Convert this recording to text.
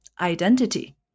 identity